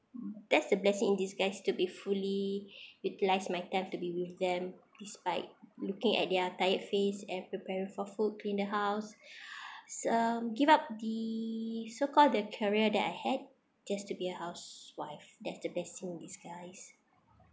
that's the blessing in disguise to be fully utilise my time to be with them despite looking at their tired face and prepare for food clean the house it's a give up the so called the career that I had just to be a housewife that's the best thing in disguise